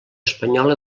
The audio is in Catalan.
espanyola